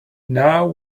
now